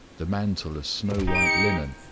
the mantle of snow-white linen,